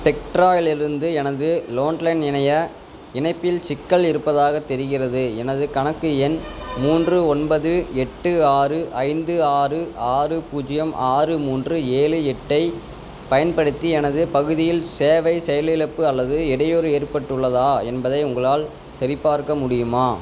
ஸ்பெக்ட்ராலிருந்து எனது online இணைய இணைப்பில் சிக்கல் இருப்பதாகத் தெரிகின்றது எனது கணக்கு எண் மூன்று ஒன்பது எட்டு ஆறு ஐந்து ஆறு ஆறு பூஜ்ஜியம் ஆறு மூன்று ஏழு எட்டை பயன்படுத்தி எனது பகுதியில் சேவை செயலிழப்பு அல்லது இடையூறு ஏற்பட்டுள்ளதா என்பதை உங்களால் சரிபார்க்க முடியுமா